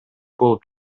болуп